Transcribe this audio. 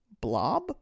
blob